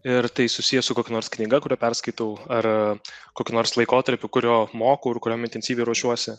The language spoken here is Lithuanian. ir tai susiję su kokia nors knyga kurią perskaitau ar kokiu nors laikotarpiu kurio mokau ir kuriam intensyviai ruošiuosi